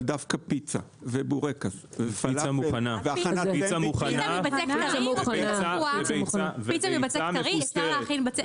אבל דווקא פיצה ובורקס ופלאפל --- פיצה מבצק טרי אי אפשר להכין.